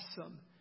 awesome